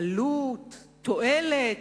עלות, תועלת,